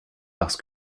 parce